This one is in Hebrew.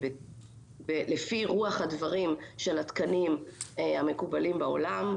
לפי רוח הדברים של התקנים המקובלים בעולם.